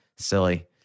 silly